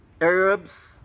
Arabs